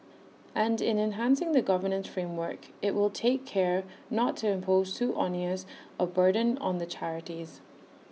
and in enhancing the governance framework IT will take care not to impose too onerous A burden on the charities